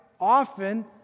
often